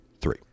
three